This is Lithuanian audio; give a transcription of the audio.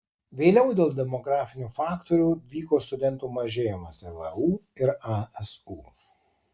vėliau dėl demografinių faktorių vyko studentų mažėjimas leu ir asu